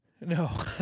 No